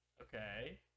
Okay